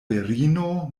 virino